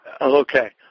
Okay